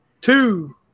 two